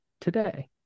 today